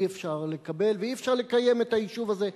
אי-אפשר לקבל ואי-אפשר לקיים את היישוב הזה,